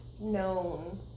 known